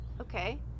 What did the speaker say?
okay